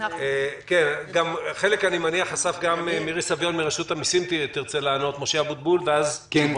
אסף, אני מאוד מודה